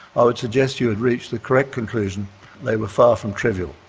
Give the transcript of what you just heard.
i would suggest you had reached the correct conclusion they were far from trivial.